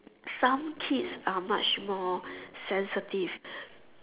some kids are much more sensitive